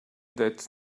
that’s